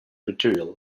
material